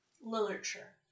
literature